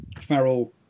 Farrell